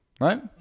right